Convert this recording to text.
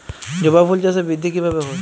জবা ফুল চাষে বৃদ্ধি কিভাবে হবে?